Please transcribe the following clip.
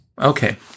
Okay